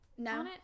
No